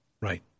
Right